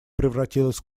превратилось